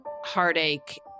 heartache